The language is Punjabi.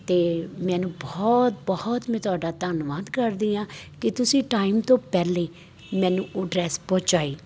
ਅਤੇ ਮੈਨੂੰ ਬਹੁਤ ਬਹੁਤ ਮੈਂ ਤੁਹਾਡਾ ਧੰਨਵਾਦ ਕਰਦੀ ਹਾਂ ਕਿ ਤੁਸੀਂ ਟਾਈਮ ਤੋਂ ਪਹਿਲਾਂ ਮੈਨੂੰ ਉਹ ਡਰੈਸ ਪਹੁੰਚਾਈ